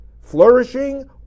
Flourishing